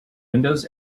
windows